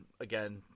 Again